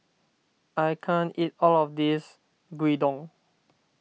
I can't eat all of this Gyudon